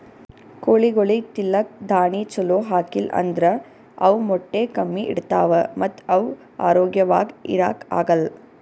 ಕೋಳಿಗೊಳಿಗ್ ತಿಲ್ಲಕ್ ದಾಣಿ ಛಲೋ ಹಾಕಿಲ್ ಅಂದ್ರ ಅವ್ ಮೊಟ್ಟೆ ಕಮ್ಮಿ ಇಡ್ತಾವ ಮತ್ತ್ ಅವ್ ಆರೋಗ್ಯವಾಗ್ ಇರಾಕ್ ಆಗಲ್